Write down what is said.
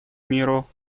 миру